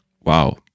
Wow